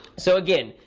so again,